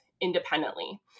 independently